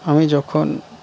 আমি যখন